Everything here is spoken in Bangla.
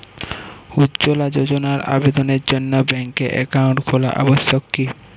উজ্জ্বলা যোজনার আবেদনের জন্য ব্যাঙ্কে অ্যাকাউন্ট খোলা আবশ্যক কি?